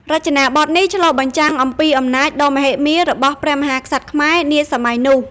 រចនាបថនេះឆ្លុះបញ្ចាំងពីអំណាចដ៏មហិមារបស់ព្រះមហាក្សត្រខ្មែរនាសម័យនោះ។